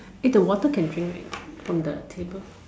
eh the water can drink right from the table